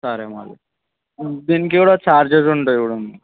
సరే మరి దీనికి గూడా చార్జస్ ఉంటాయ్